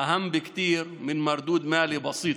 חשוב הרבה יותר מתמורה כספית פעוטה,